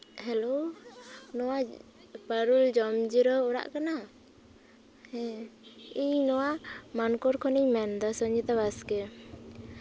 hello ᱱᱚᱣᱟ ᱯᱟᱨᱩᱞ ᱡᱚᱢ ᱡᱤᱨᱟᱹᱣ ᱚᱲᱟᱜ ᱠᱟᱱᱟ ᱦᱮᱸ ᱤᱧ ᱱᱚᱣᱟ ᱢᱟᱱᱠᱚᱨ ᱠᱷᱚᱱᱤᱧ ᱢᱮᱱᱫᱟ ᱥᱚᱧᱡᱤᱛᱟ ᱵᱟᱥᱠᱮ